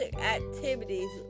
activities